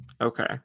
okay